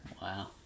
Wow